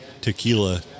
tequila